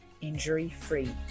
injury-free